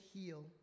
heal